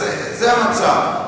אז זה המצב.